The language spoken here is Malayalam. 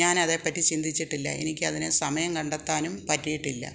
ഞാൻ അതേ പറ്റി ചിന്തിച്ചിട്ടില്ല എനിക്ക് അതിന് സമയം കണ്ടെത്താനും പറ്റിയിട്ടില്ല